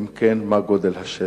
2. אם כן, מה הוא גודל השטח?